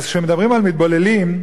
אז כשמדברים על מתבוללים,